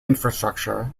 infrastructure